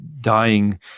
dying